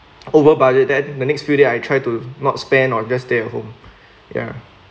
over budget then the next few day I try to not spend or just stay at home ya